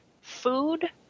food